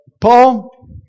Paul